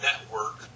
network